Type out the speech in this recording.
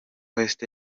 west